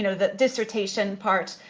you know the dissertation part